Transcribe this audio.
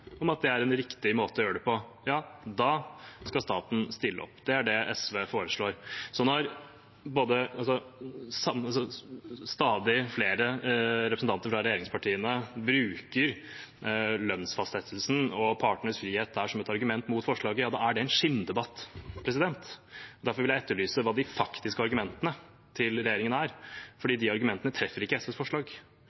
om at det er en riktig måte å gjøre det på, da skal staten stille opp. Det er det SV foreslår. Så når stadig flere representanter fra regjeringspartiene bruker lønnsfastsettelsen og partenes frihet der som et argument mot forslaget, er det en skinndebatt. Derfor vil jeg etterlyse hva de faktiske argumentene til regjeringen er,